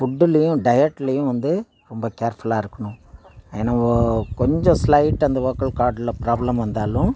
ஃபுட்டுலேயும் டயட்லேயும் வந்து ரொம்ப கேர்ஃபுல்லாக இருக்கணும் ஏன்னால் ஓ கொஞ்சம் ஸ்லைட்டு அந்த வோக்கல் கார்டில் ப்ராப்ளம் வந்தாலும்